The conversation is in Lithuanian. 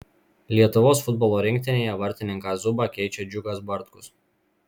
lietuvos futbolo rinktinėje vartininką zubą keičia džiugas bartkus